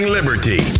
Liberty